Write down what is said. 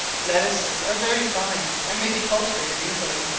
lettuces are very fine, and may be cultivated easily,